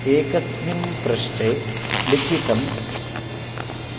एकस्मिन् पृष्टे लिखितं